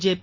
JP